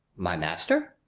my master?